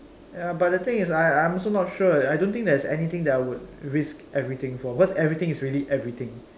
ya but the thing is I I'm also not sure I don't think there's anything that I will risk everything for because everything is really everything